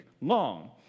long